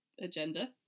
Agenda